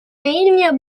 mio